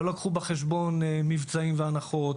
לא לקחו בחשבון מבצעים והנחות,